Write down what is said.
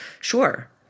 Sure